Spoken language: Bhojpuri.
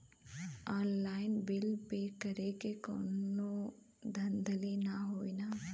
ऑनलाइन बिल पे करे में कौनो धांधली ना होई ना?